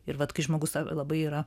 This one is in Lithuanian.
ir vat kai žmogus labai yra